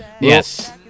Yes